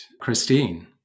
Christine